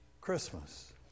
Christmas